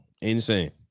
insane